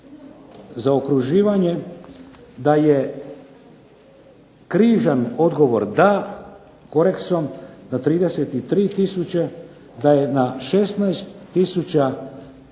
zaokruživanje da je križan odgovor da, koreksom na 33 tisuće da je na 16 listi